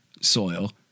soil